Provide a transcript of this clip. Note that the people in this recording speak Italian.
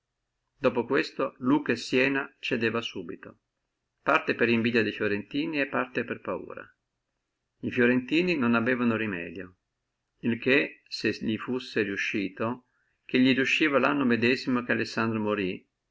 dopo questo lucca e siena cedeva subito parte per invidia de fiorentini parte per paura fiorentini non avevano remedio il che se li fusse riuscito che gli riusciva lanno medesimo che alessandro morí